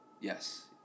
Yes